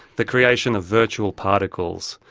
the creation of virtual particles,